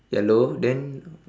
yellow then